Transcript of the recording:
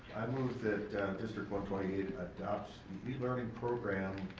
move that district one twenty eight adopts the e-learning program,